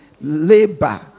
labor